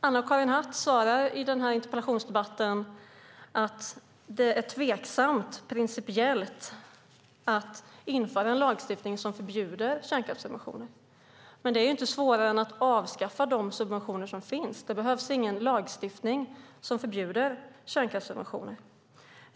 Anna-Karin Hatt säger i interpellationssvaret att det är principiellt tveksamt att införa en lagstiftning som förbjuder kärnkraftssubventioner. Men det är inte svårare än att man avskaffar de subventioner som finns. Det behövs ingen lagstiftning som förbjuder kärnkraftssubventioner.